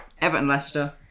Everton-Leicester